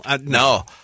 No